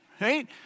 right